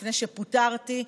לפני שפוטרתי,